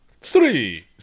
three